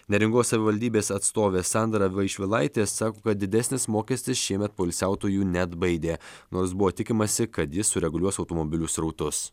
neringos savivaldybės atstovė sandra vaišvilaitė sako kad didesnis mokestis šiemet poilsiautojų neatbaidė nors buvo tikimasi kad jis sureguliuos automobilių srautus